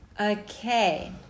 Okay